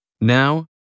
now